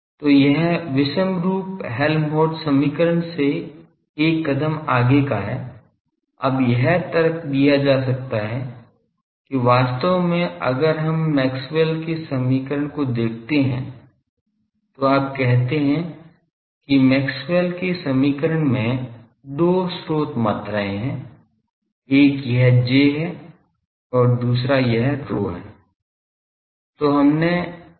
तो यह विषमरूप हेल्महोल्त्ज़ समीकरण से एक कदम आगे का है अब यह तर्क दिया जा सकता है कि वास्तव में अगर हम मैक्सवेल के समीकरण को देखते हैं तो आप कहते हैं कि मैक्सवेल के समीकरण में दो स्रोत मात्राएं हैं एक यह J है और दूसरा यह ρ है